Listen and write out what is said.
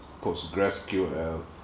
PostgreSQL